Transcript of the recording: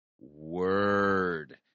word